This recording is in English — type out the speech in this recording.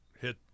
hit